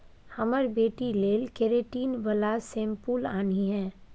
हमर बेटी लेल केरेटिन बला शैंम्पुल आनिहे